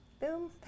boom